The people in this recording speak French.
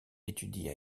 étudie